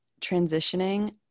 transitioning